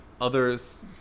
others